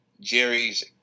Jerry's